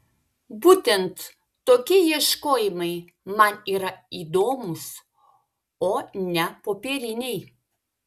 būtent tokie ieškojimai man yra įdomūs o ne popieriniai